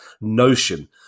Notion